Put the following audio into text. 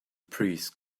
priest